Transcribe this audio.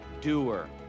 doer